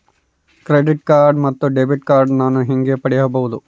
Credit card ಮತ್ತು debit card ನಾನು ಹೇಗೆ ಪಡೆಯಬಹುದು?